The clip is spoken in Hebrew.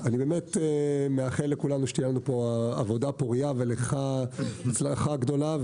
אני מאחל לכולנו שתהיה לנו פה עבודה פורייה ולך הצלחה גדולה.